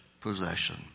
possession